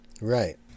Right